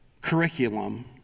curriculum